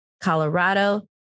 Colorado